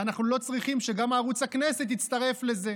ואנחנו לא צריכים שגם ערוץ הכנסת יצטרף לזה.